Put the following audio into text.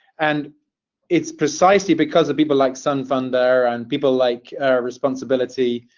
and it's precisely because of people like sun funder and people like responsibility,